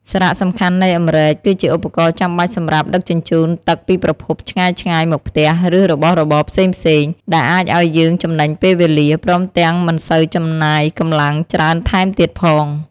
សារៈសំខាន់នៃអម្រែក គឺជាឧបករណ៍ចាំបាច់សម្រាប់ដឹកជញ្ជូនទឹកពីប្រភពឆ្ងាយៗមកផ្ទះ ឬរបស់របរផ្សេងៗ ដែលអាចឲ្យយើងចំណេញពេលវេលា ព្រមទាំងមិនសូវចំណាយកម្លាំងច្រើនថែមទៀតផង។